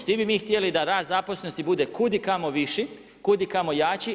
Svi bi mi htjeli da rast zaposlenosti bude kud i kamo viši, kud i kamo jači.